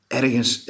ergens